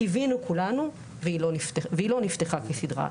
קיווינו כולנו, והיא לא נפתחה כסדרה.